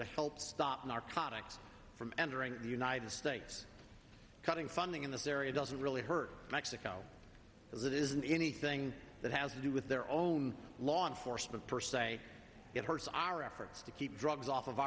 help stop narcotics from entering the united states cutting funding in this area doesn't really hurt mexico as it isn't anything that has to do with their own law enforcement per se it hurts our efforts to keep drugs off of